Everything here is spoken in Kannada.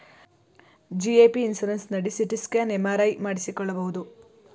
ಜಿ.ಎ.ಪಿ ಇನ್ಸುರೆನ್ಸ್ ನಡಿ ಸಿ.ಟಿ ಸ್ಕ್ಯಾನ್, ಎಂ.ಆರ್.ಐ ಮಾಡಿಸಿಕೊಳ್ಳಬಹುದು